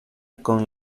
con